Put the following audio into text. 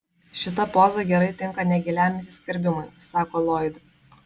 šita poza gerai tinka negiliam įsiskverbimui sako loyd